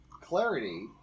clarity